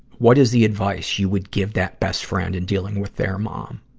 what is the advice you would give that best friend in dealing with their mom?